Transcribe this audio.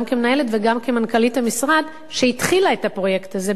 גם כמנהלת וגם כמנכ"לית המשרד שהתחילה את הפרויקט הזה,